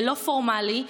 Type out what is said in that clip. לא פורמלי,